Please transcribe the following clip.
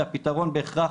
שהפתרון בהכרח,